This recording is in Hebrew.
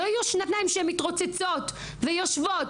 לא יהיו שנתיים שהן מתרוצצות ויושבות,